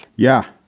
yeah.